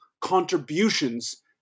contributions